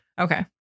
Okay